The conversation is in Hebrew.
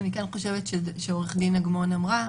אני חושבת שעו"ד אגמון אמרה,